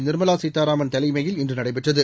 நிர்மலா சீதாராமன் தலைமையில் இன்று நடைபெற்றது